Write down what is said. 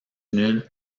nul